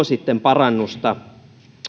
sitten parannusta